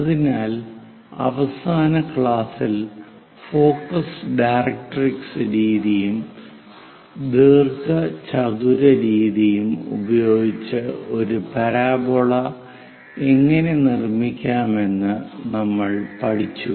അതിനാൽ അവസാന ക്ലാസ്സിൽ ഫോക്കസ് ഡയറക്ട്രിക്സ് രീതിയും ദീർഘചതുര രീതിയും ഉപയോഗിച്ച് ഒരു പരാബോള എങ്ങനെ നിർമ്മിക്കാമെന്ന് നമ്മൾ പഠിച്ചു